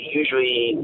usually